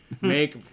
make